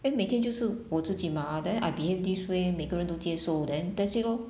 then 每天就是我自己 mah then I behave this way 每个人都接受 then that's it lor